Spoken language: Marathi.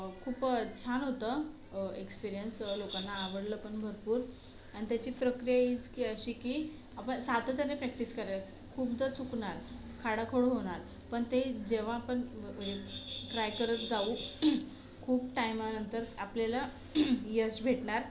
खूप छान होतं एक्सपीरिअन्स लोकांना आवडलं पण भरपूर आणि त्याची प्रक्रिया हीच की अशी की आपण सातत्याने प्रॅक्टिस कराय खूपदा चुकणार खाडाखोड होणार पण ते जेव्हा आपण म्हणजे ट्राय करत जाऊ खूप टाईमानंतर आपल्याला यश भेटणार